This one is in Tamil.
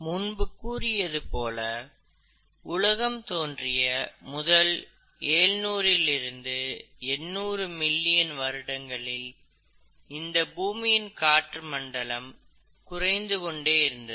முன்பு கூறியது போல உலகம் தோன்றிய முதல் 700 இருந்து 800 மில்லியன் வருடங்களில் இந்த பூமியின் காற்று மண்டலம் குறைந்து கொண்டே இருந்தது